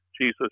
Jesus